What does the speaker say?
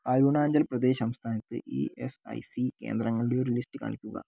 അരുണാചൽ പ്രദേശ് സംസ്ഥാനത്തെ E S I C കേന്ദ്രങ്ങളുടെ ഒരു ലിസ്റ്റ് കാണിക്കുക